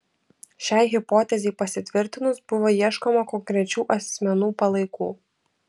šiai hipotezei pasitvirtinus buvo ieškoma konkrečių asmenų palaikų